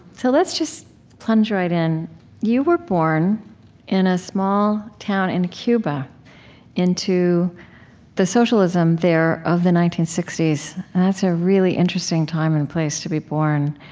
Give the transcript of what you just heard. so let's just plunge right in you were born in a small town in cuba into the socialism there of the nineteen sixty s. that's a really interesting time and place to be born.